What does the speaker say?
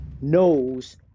knows